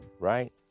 right